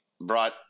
brought